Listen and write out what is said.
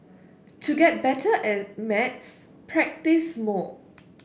to get better at maths practise more